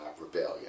rebellion